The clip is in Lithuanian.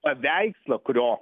paveikslą kurio